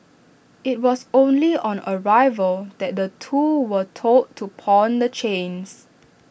IT was only on arrival that the two were told to pawn the chains